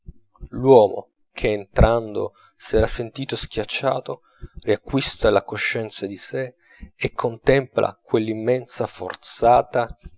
l'uomo che entrando s'era sentito schiacciato riacquista la coscienza di sè e contempla quell'immensa forza